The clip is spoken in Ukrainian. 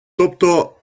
тобто